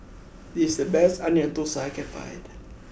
this is the best Onion Thosai that I can find